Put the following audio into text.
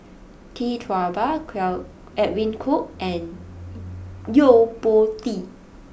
Tee Tua Ba Edwin Koo and Yo Po Tee